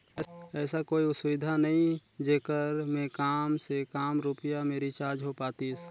ऐसा कोई सुविधा नहीं जेकर मे काम से काम रुपिया मे रिचार्ज हो पातीस?